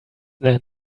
then